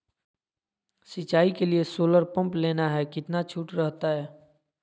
सिंचाई के लिए सोलर पंप लेना है कितना छुट रहतैय?